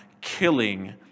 killing